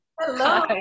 Hello